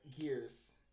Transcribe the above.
gears